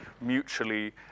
mutually